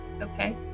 Okay